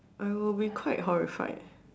I will be quite horrified